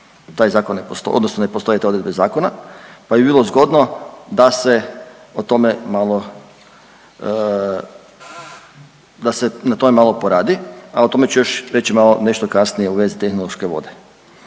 odnosno ne postoje te odredbe zakona pa bi bilo zgodno da se o tome malo, da se na tome malo poradi, a o tome ću još reći malo nešto kasnije u vezi tehnološke vode.